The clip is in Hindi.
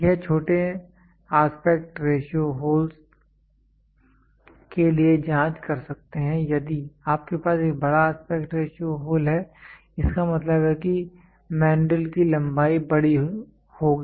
यह छोटे एस्पेक्ट रेश्यो होल के लिए जाँच कर सकते हैं यदि आपके पास एक बड़ा एस्पेक्ट रेश्यो होल है इसका मतलब है कि मैनड्रिल की लंबाई बड़ी होगी